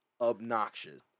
obnoxious